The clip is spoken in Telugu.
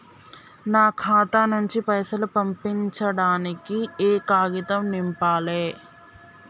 నా ఖాతా నుంచి పైసలు పంపించడానికి ఏ కాగితం నింపాలే?